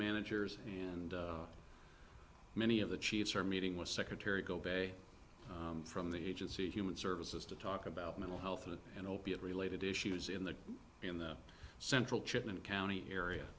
managers and many of the chiefs are meeting with secretary kobe from the agency human services to talk about mental health and opiate related issues in the in the central treatment county area